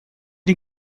den